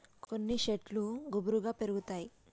కొన్ని శెట్లు గుబురుగా పెరుగుతాయి